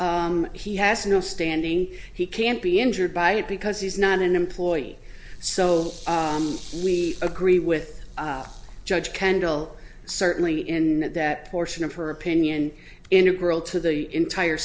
lot he has no standing he can't be injured by it because he's not an employee so we agree with judge kendall certainly in that portion of her opinion integral to the entire